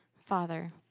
Father